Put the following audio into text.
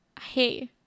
Hey